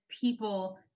people